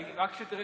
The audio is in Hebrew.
לא שנולדו